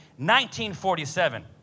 1947